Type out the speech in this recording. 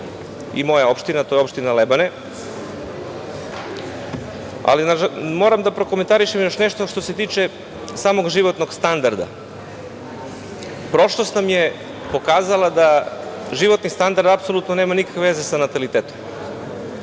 i moja opština, a to je opština Lebane. Moram da prokomentarišem još nešto što se tiče samog životnog standarda. Prošlost nam je pokazala da životni standard apsolutno nema nikakve veze sa natalitetom.